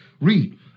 Read